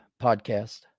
podcast